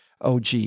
OG